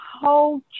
whole